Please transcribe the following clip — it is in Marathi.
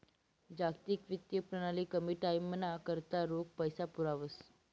जागतिक वित्तीय प्रणाली कमी टाईमना करता रोख पैसा पुरावस